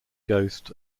ghost